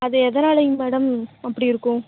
அது எதனாலைங்க மேடம் அப்படி இருக்கும்